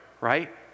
right